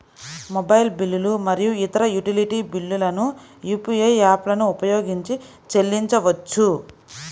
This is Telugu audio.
మొబైల్ బిల్లులు మరియు ఇతర యుటిలిటీ బిల్లులను యూ.పీ.ఐ యాప్లను ఉపయోగించి చెల్లించవచ్చు